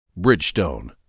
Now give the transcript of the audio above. Bridgestone